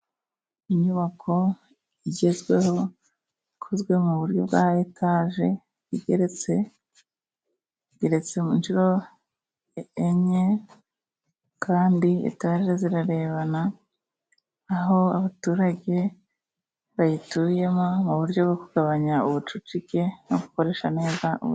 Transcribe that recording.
Inyubako igezweho ikozwe mu buryo bwa etaje igeretse, igeretse mu nshuro enye, kandi etaje zirarebana, aho abaturage bayituyemo mu buryo bwo kugabanya ubucucike no gukoresha neza ubutaka.